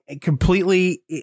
completely